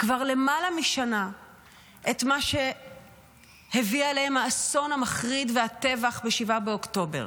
כבר למעלה משנה את מה שהביא עליהם האסון המחריד והטבח ב-7 באוקטובר,